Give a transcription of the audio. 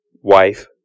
wife